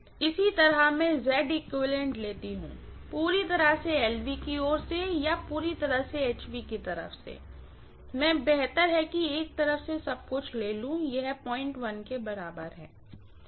इसी तरह मैं लेती हूँ पूरी तरह से LV की ओर से या पूरी तरह से HV की तरफ से मैं बेहतर है कि एक तरफ से सब कुछ ले लूँ यह के बराबर है